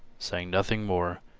saying nothing more,